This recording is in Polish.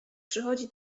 przychodzi